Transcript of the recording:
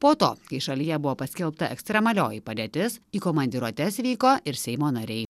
po to kai šalyje buvo paskelbta ekstremalioji padėtis į komandiruotes vyko ir seimo nariai